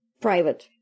private